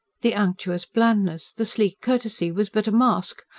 the unctuous blandness, the sleek courtesy was but a mask,